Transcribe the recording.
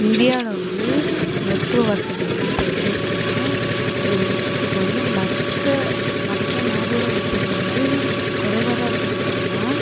இந்தியாவில் வந்து மருத்துவ வசதி வந்து இப்போ எப்படி இருக்குன்னால் இப்போ வந்து மற்ற மற்ற நாடோட ஒப்பிடும்போது குறைவாக தான் இருக்குன்னு சொல்லலாம்